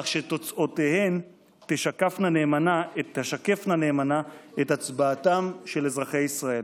כך שתוצאותיהן תשקפנה נאמנה את הצבעתם של אזרחי ישראל,